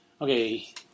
Okay